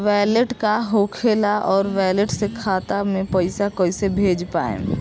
Wallet का होखेला और वैलेट से खाता मे पईसा कइसे भेज पाएम?